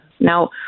Now